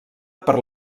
per